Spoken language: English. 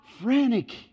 frantic